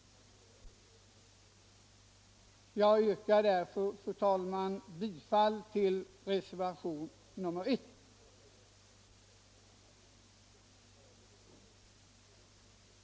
Jag yrkar därför, fru talman, bifall till reservationen 1.